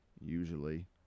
usually